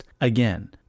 Again